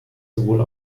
sowohl